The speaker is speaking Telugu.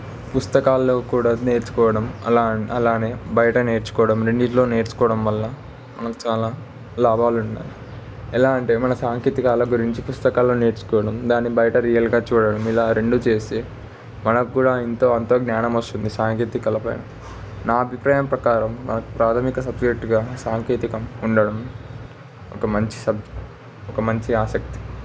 పుస్తకాల్లో కూడా నేర్చుకోవడం అలా అలానే బయట నేర్చుకోవడం రెండిట్లో నేర్చుకోవడం వల్ల మనకు చాలా లాభాలు ఉన్నాయి ఎలా అంటే మన సాంకేతికాల గురించి పుస్తకాల్లో నేర్చుకోవడం దాన్ని బయట రియల్గా చూడండి ఇలా రెండు చేస్తే మనకు కూడా ఎంతో అంతో జ్ఞానం వస్తుంది సాంకేతికలపైన నా అభిప్రాయం ప్రకారం నాకు ప్రాథమిక సబ్జెక్టుగా సాంకేతికం ఉండడం ఒక మంచి సబ్జెక్ట్ ఒక మంచి ఆసక్తి